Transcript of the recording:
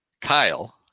Kyle